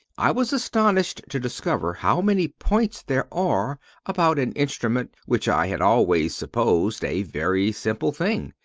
i was astonished to discover how many points there are about an instrument which i had always supposed a very simple thing.